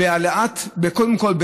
קודם כול,